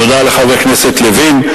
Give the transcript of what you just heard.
תודה לחבר הכנסת לוין.